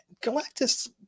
Galactus